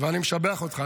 אני משבח אותך.